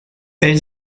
elle